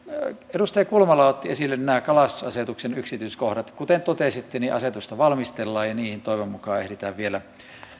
edustaja kulmala otti esille nämä kalastusasetuksen yksityiskohdat kuten totesitte asetusta valmistellaan ja niihin toivon mukaan ehditään vielä